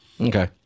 Okay